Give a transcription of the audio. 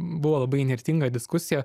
buvo labai įnirtinga diskusija